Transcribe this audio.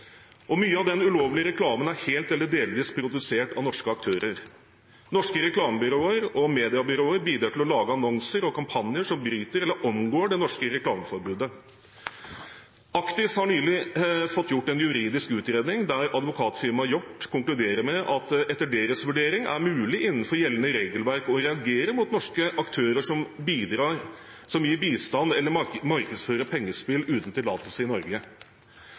og mye av den ulovlige reklamen er helt eller delvis produsert av norske aktører. Norske reklamebyråer og mediebyråer bidrar til å lage annonser og kampanjer som bryter eller omgår det norske reklameforbudet. Actis har nylig fått gjort en juridisk utredning der Advokatfirmaet Hjort konkluderer med at det etter deres vurdering er mulig innenfor gjeldende regelverk å reagere mot norske aktører som gir bistand til eller markedsfører pengespill uten tillatelse i Norge.